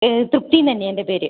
തൃപ്തി എന്നു തന്നെയാണ് എൻ്റെ പേര്